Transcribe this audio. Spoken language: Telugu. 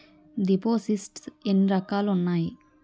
దిపోసిస్ట్స్ ఎన్ని రకాలుగా ఉన్నాయి?